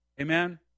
Amen